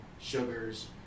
sugars